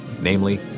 namely